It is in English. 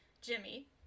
jimmy